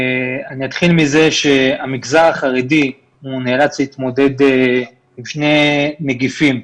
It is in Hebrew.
אני אתחיל מזה שהמגזר החרדי נאלץ להתמודד עם שני נגיפים,